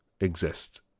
exist